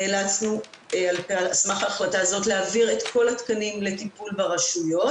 נאלצנו על סמך ההחלטה הזאת להעביר את כל התקנים לטיפול ברשויות,